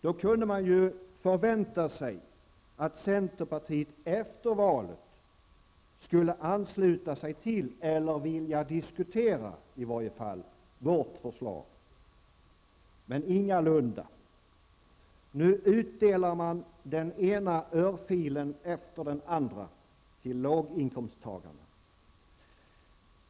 Då kunde man ju förvänta sig att centerpartiet efter valet skulle ansluta sig till vårt förslag. Men ingalunda. Nu utdelar man den ena örfilen efter den andra till låginkomsttagarna.